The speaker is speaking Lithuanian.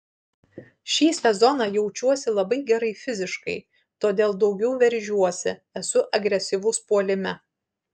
šį sezoną jaučiuosi labai gerai fiziškai todėl daugiau veržiuosi esu agresyvus puolime